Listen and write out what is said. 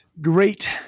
great